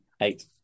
Eight